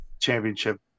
championship